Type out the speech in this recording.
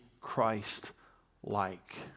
Christ-like